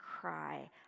cry